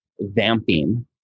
vamping